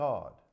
God